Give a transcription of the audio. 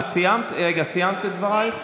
את סיימת את דבריך?